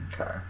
Okay